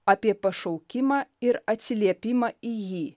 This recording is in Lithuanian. apie pašaukimą ir atsiliepimą į jį